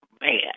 man